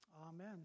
amen